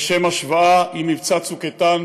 לשם ההשוואה עם מבצע צוק איתן,